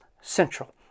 Central